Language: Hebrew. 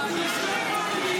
ריבונו של עולם,